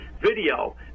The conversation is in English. video